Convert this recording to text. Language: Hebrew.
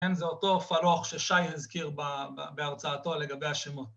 ‫זה אותו פלוח ששי הזכיר ‫בהרצאתו לגבי השמות.